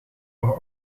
per